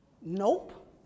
Nope